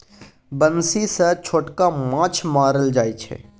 बंसी सँ छोटका माछ मारल जाइ छै